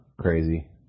crazy